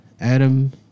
Adam